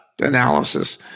analysis